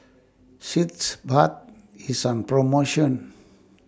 Sitz Bath IS on promotion